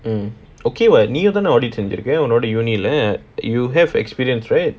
mm okay where நீ தானே audit செஞ்சி இருக்க ஒன்னோட ஊனி ல:nii thaanee aadit senjsi irukka onnooda uuni la you have experience right